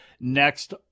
next